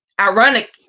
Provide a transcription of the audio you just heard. ironic